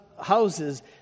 Houses